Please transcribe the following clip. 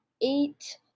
eight